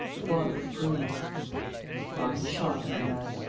the father approved a fine shot, my lad.